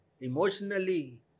emotionally